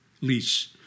lease